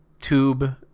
tube